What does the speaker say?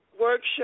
workshop